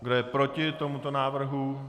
Kdo je proti tomuto návrhu?